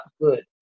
good